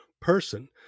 person